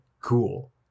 cool